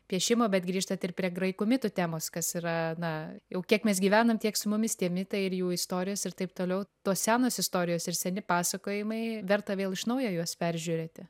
piešimo bet grįžtat ir prie graikų mitų temos kas yra na jau kiek mes gyvenam tiek su mumis tie mitai ir jų istorijos ir taip toliau tos senos istorijos ir seni pasakojimai verta vėl iš naujo juos peržiūrėti